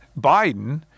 Biden